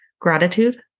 gratitude